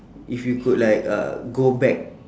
if you could like uh go back